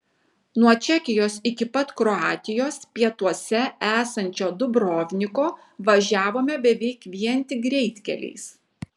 nuo čekijos iki pat kroatijos pietuose esančio dubrovniko važiavome beveik vien tik greitkeliais